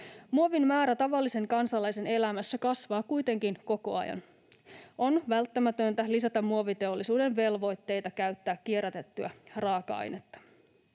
Muovin määrä tavallisen kansalaisen elämässä kasvaa kuitenkin koko ajan. On välttämätöntä lisätä muoviteollisuuden velvoitteita käyttää kierrätettyä raaka-ainetta.